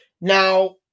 Now